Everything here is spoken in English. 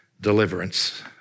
deliverance